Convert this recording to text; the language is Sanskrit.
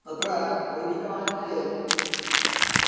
तत्र वैदिकवाङ्मये